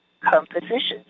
compositions